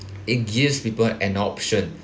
it gives people an option